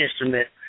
instrument